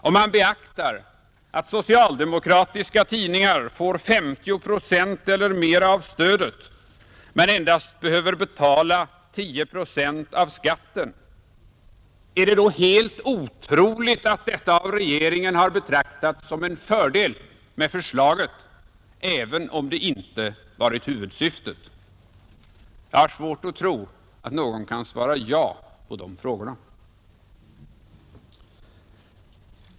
Om man beaktar att socialdemokratiska tidningar får 50 procent eller mera av stödet men endast behöver betala 10 procent av skatten, är det då helt otroligt att detta av regeringen har betraktats som en fördel med förslaget — även om det inte varit huvudsyftet? Jag har svårt att tro att någon kan svara ja på de frågorna.